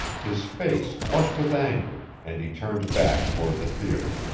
his face flushed with anger, and he turned back toward the theater.